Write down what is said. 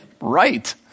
Right